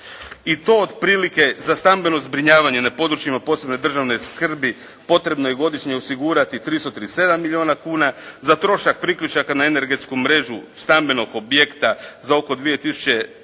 I to otprilike za stambeno zbrinjavanje na područjima od posebne državne skrbi, potrebno je godišnje osigurati 337 milijuna kuna, za trošak priključaka na energetsku mrežu stambenog objekta za oko 2500